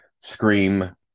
Scream